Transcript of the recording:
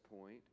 point